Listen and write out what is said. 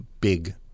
big